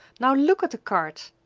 now look at the cart,